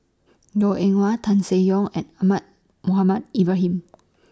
Goh Eng Wah Tan Seng Yong and Ahmad Mohamed Ibrahim